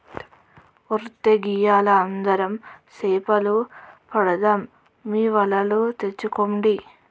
ఒరై గియ్యాల అందరం సేపలు పడదాం మీ వలలు తెచ్చుకోండి